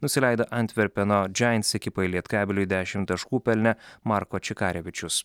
nusileido antverpeno džains ekipai lietkabeliui dešim taškų pelnė marko čikarevičius